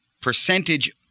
percentage